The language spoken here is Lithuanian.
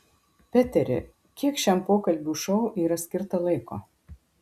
peteri kiek šiam pokalbių šou yra skirta laiko